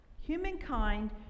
humankind